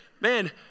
man